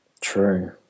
True